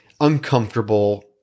uncomfortable